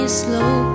slow